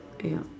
yup